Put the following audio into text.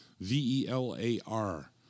V-E-L-A-R